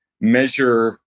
measure